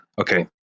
Okay